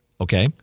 Okay